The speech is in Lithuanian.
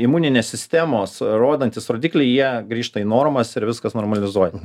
imuninės sistemos rodantys rodikliai jie grįžta į normas ir viskas normalizuoja